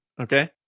Okay